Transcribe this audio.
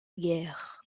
guerre